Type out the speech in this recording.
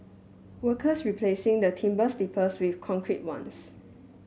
workers replacing the timber sleepers with concrete ones